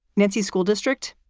nancy. school district,